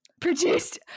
produced